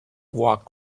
walk